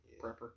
Prepper